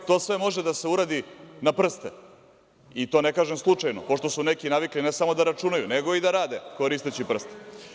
To sve može da se uradi na prste, i to ne kažem slučajno, pošto su neki navikli ne samo da računaju, nego i da rade koristeći prste.